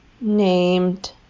named